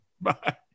Bye